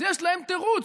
אז יש להם תירוץ,